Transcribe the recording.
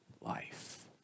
life